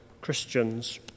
Christians